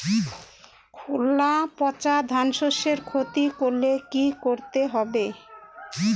খোলা পচা ধানশস্যের ক্ষতি করলে কি করতে হবে?